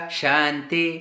shanti